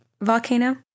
volcano